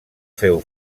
féu